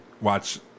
watch